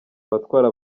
abatwara